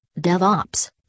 DevOps